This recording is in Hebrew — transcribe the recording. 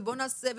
ובוא נעשה,